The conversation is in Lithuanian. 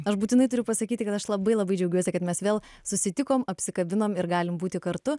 aš būtinai turiu pasakyti kad aš labai labai džiaugiuosi kad mes vėl susitikom apsikabinom ir galim būti kartu